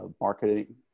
marketing